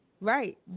Right